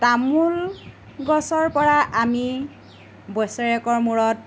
তামোল গছৰপৰা আমি বছেৰেকৰ মূৰত